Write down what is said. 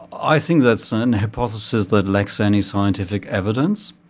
i think that's an hypothesis that lacks any scientific evidence.